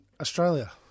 Australia